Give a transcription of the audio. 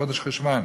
בחודש חשוון,